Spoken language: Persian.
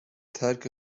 ترک